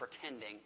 pretending